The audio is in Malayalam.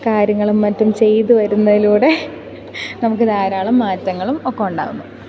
കാര്യങ്ങളും മറ്റും ചെയ്തു വരുന്നതിലൂടെ നമുക്ക് ധാരാളം മാറ്റങ്ങളും ഒക്കെ ഉണ്ടാകുന്നു